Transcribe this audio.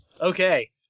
Okay